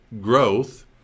growth